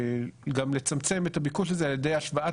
ניתן לצמצם את הביקוש הזה על ידי השוואת